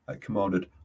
commanded